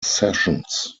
sessions